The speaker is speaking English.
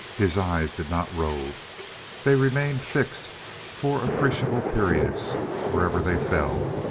his eyes did not rove they remained fixed for appreciable periods wherever they fell,